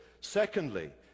Secondly